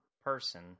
person